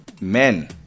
men